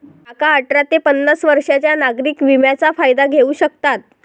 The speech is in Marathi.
काका अठरा ते पन्नास वर्षांच्या नागरिक विम्याचा फायदा घेऊ शकतात